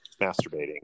masturbating